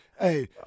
Hey